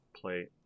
Play